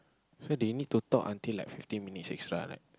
so they need to talk until like fifteen minutes extra like